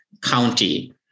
County